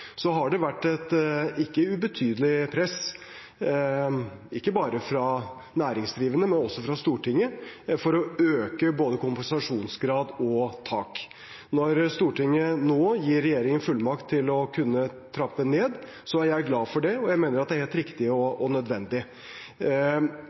Så har det vært et ikke ubetydelig press, ikke bare fra næringsdrivende, men også fra Stortinget, for å øke både kompensasjonsgrad og tak. Når Stortinget nå gir regjeringen fullmakt til å kunne trappe ned, er jeg glad for det, og jeg mener at det er helt riktig